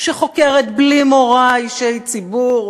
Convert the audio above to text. שחוקרת בלי מורא אישי ציבור,